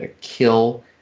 kill